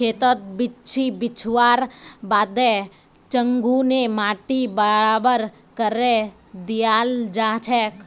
खेतत बिच्ची छिटवार बादे चंघू ने माटी बराबर करे दियाल जाछेक